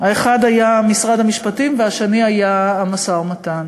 האחד היה משרד המשפטים והשני היה המשא-ומתן.